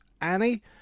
Annie